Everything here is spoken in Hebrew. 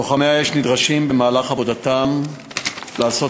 לוחמי האש נדרשים במהלך עבודתם לעשות